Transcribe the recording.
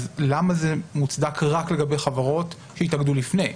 אז למה זה מוצדק רק לגבי חברות שהתאגדו לפני?